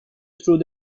through